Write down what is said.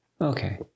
Okay